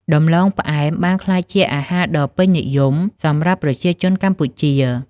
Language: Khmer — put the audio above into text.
ដំឡូងផ្អែមបានក្លាយជាអាហារដ៏ពេញនិយមសម្រាប់ប្រជាជនកម្ពុជា។